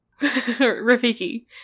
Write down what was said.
Rafiki